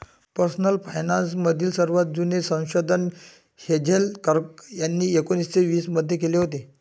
personal finance मधील सर्वात जुने संशोधन हेझेल कर्क यांनी एकोन्निस्से वीस मध्ये केले होते